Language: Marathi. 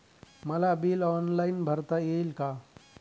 मला बिल ऑनलाईन भरता येईल का?